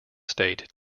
state